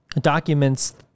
documents